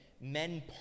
Men